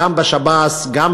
גם בשב"ס, גם